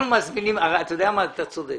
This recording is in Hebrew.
אתה צודק.